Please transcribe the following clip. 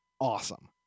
awesome